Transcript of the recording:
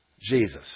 Jesus